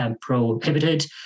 prohibited